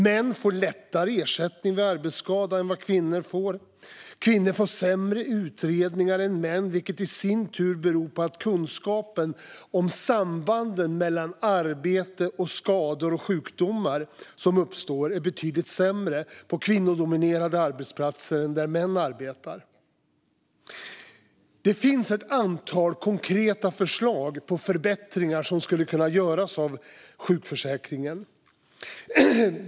Män får lättare ersättning vid arbetsskada än vad kvinnor får. Kvinnor får sämre utredningar än män, vilket i sin tur beror på att kunskapen om sambanden mellan arbetet och de skador och sjukdomar som uppstår är sämre på kvinnodominerade arbetsplatser än där män arbetar. Det finns ett antal konkreta förslag på förbättringar som skulle kunna göras av sjukförsäkringen.